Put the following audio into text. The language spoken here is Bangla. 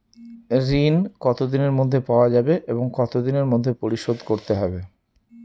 ঋণ কতদিনের মধ্যে পাওয়া যাবে এবং কত দিনের মধ্যে পরিশোধ করতে হবে?